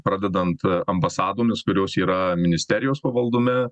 pradedant ambasadomis kurios yra ministerijos pavaldume